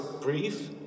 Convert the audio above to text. brief